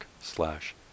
slash